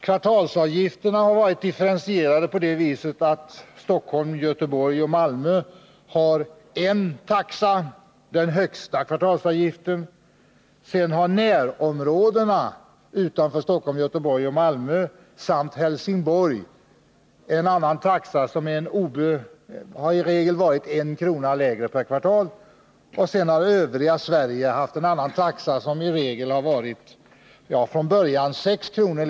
Kvartalsavgifterna ha varit differentierade på det sättet att Stockholm, Göteborg och Malmö har en taxa, den högsta kvartalsavgiften. Vidare har närområdena utanför Stockholm, Göteborg och Malmö samt Helsingborg en annan taxa, som i regel varit 1 kr. lägre per kvartal. Slutligen har övriga Sverige haft en annan taxa som varit från början 6 kr.